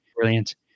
brilliant